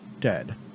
dead